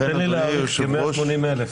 תן לי להעריך, כ-180,000.